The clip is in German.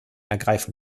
ergreifen